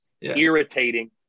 irritating